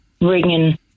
ringing